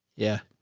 yeah,